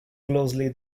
closely